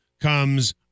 comes